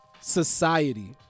society